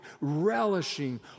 relishing